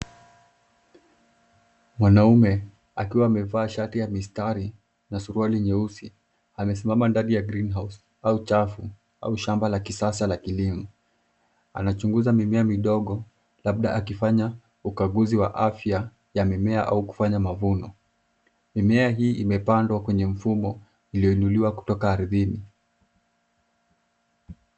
Mwanaume akiwa amevaa shati ya mistari na suruali nyeusi amesimama ndani ya greenhouse au chafu au shamba la kisasa la kilimo ana chunguza mimea midogo labda akifanya ukaguzi wa afya ya mimea au kufanya mavuno. Mimea hii imepandwa kwenye mifumo iliyo inuliwa kutoka ardhini.